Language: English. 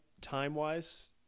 time-wise